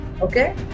okay